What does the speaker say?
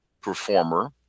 performer